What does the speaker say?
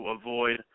avoid